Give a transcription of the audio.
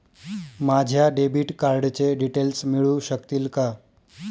माझ्या डेबिट कार्डचे डिटेल्स मिळू शकतील का?